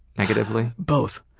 negatively? both.